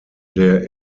der